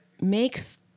makes